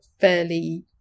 fairly